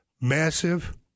massive